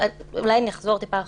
אולי אני אחזור טיפה אחורה.